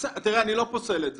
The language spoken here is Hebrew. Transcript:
אני לא פוסל את זה,